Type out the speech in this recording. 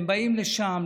הם באים לשם,